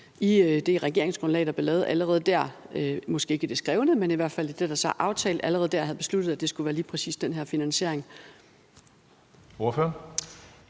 i det regeringsgrundlag, der blev lavet – måske ikke i det, der blev skrevet ned, men i hvert fald i det, der blev aftalt – allerede dér havde besluttet, at det skulle være lige præcis den her finansiering?